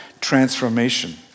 transformation